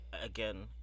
again